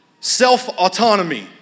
self-autonomy